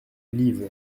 liv